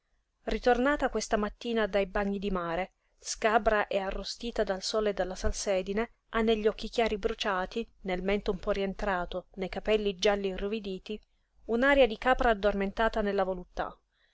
ritornata questa mattina dai bagni di mare scabra e arrostita dal sole e dalla salsedine ha negli occhi chiari bruciati nel mento un po rientrato nei capelli gialli irruviditi un'aria di capra addormentata nella voluttà